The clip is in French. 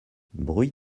bruit